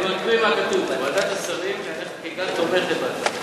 אני מקריא מהכתוב: "ועדת השרים לענייני חקיקה תומכת בהצעה".